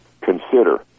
consider